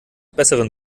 besseren